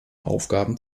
aufgaben